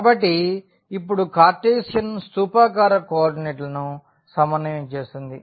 కాబట్టి ఇప్పుడు కార్టీసియన్ స్థూపాకార కోఆర్డినేట్ల ను సమన్వయం చేస్తుంది